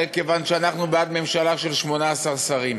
כיוון שאנחנו בעד ממשלה של 18 שרים.